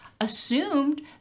assumed